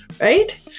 right